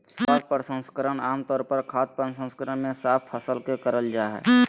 उत्पाद प्रसंस्करण आम तौर पर खाद्य प्रसंस्करण मे साफ फसल के करल जा हई